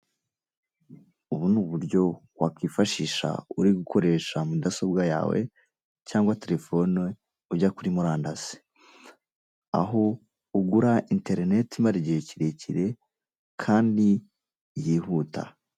Ubu ni uburyo wakifashisha uri gukoresha mudasobwa yawe cyangwa telefone ujya kuri murandasi, aho ugura interinete imara igihe kirekire kandi yihuta.